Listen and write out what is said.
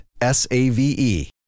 S-A-V-E